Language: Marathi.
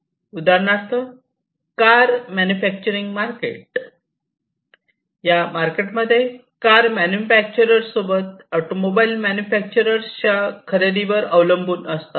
उदाहरणार्थ कार मॅन्युफॅक्चरिंग मार्केट या मार्केट मध्ये कार मॅन्युफॅक्चरर ऑटोमोबाईल मॅन्युफॅक्चरर च्या खरेदीवर वर अवलंबून असतात